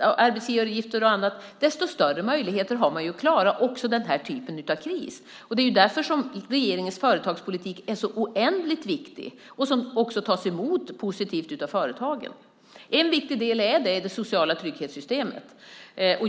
arbetsgivaravgifter och annat, desto större möjligheter har de att klara också den här typen av kris. Det är därför som regeringens företagspolitik är så oändligt viktig, och den tas också emot positivt av företagen. En viktig del är det sociala trygghetssystemet.